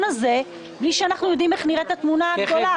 הזה בלי שאנחנו יודעים איך נראית התמונה הגדולה.